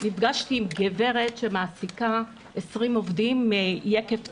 נפגשתי עם גברת שמעסיקה 20 עובדים מיקב טורא.